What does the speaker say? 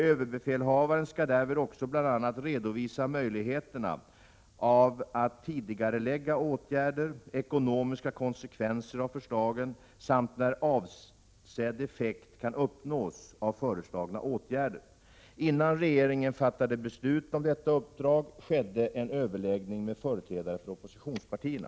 Överbefälhavaren skall därvid också bl.a. redovisa möjligheterna att tidigarelägga åtgärder, ekonomiska konsekvenser av förslagen samt när avsedd effekt kan uppnås av föreslagna åtgärder. Innan regeringen fattade beslut om detta uppdrag skedde en överläggning med företrädarna för oppositionspartierna.